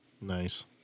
Nice